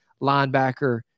Linebacker